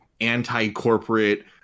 anti-corporate